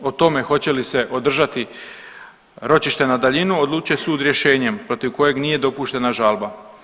O tome hoće li se održati ročište na daljinu odlučuje sud rješenjem protiv kojeg nije dopuštena žalba.